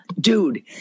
Dude